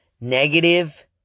Negative